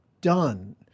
done